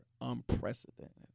unprecedented